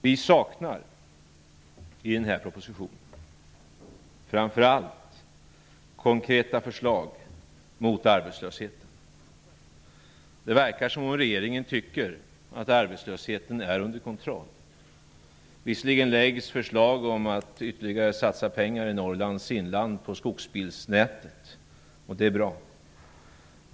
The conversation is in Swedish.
Vi saknar i denna proposition framför allt konkreta förslag mot arbetslösheten. Det verkar som att regeringen tycker att arbetslösheten är under kontroll. Visserligen lägger regeringen fram förslag om att satsa ytterligare pengar i Norrlands inland på skogsbilvägnätet, och det är bra.